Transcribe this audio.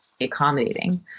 accommodating